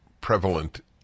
prevalent